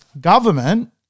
government